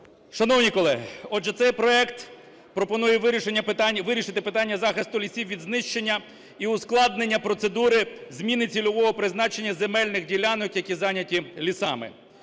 Шановні колеги, отже, цей проект пропонує вирішити питання захисту лісів від знищення і ускладнення процедури зміни цільового призначення земельних ділянок, які зайняті лісами.